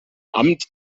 amt